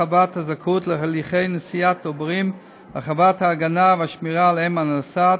הרחבת הזכאות להליכי נשיאת עוברים והרחבת ההגנה והשמירה על האם הנושאת),